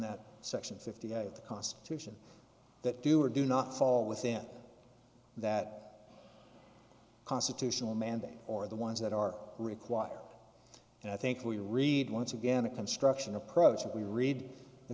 that section fifty of the constitution that do or do not fall within that constitutional mandate or the ones that are required and i think we read once again the construction approach that we read the